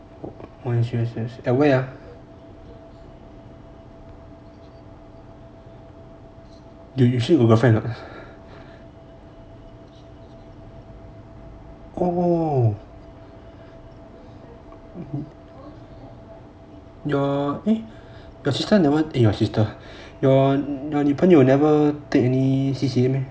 orh S_U_S_S at where ah you got pick your girlfriend a not your 女朋友 never take any C_C_A meh